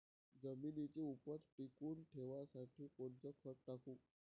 जमिनीची उपज टिकून ठेवासाठी कोनचं खत टाकू?